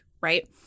right